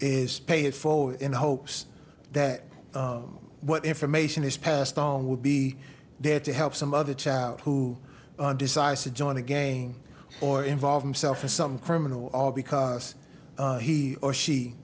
is pay it forward in hopes that what information is passed on will be there to help some other child who decides to join a game or involve himself or some criminal all because he or she